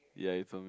ya you told me